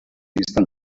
bistan